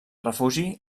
refugi